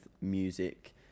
music